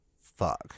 Fuck